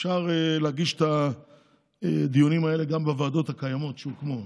אפשר להגיש את הדיונים האלה גם בוועדות הקיימות שהוקמו.